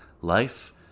Life